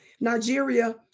Nigeria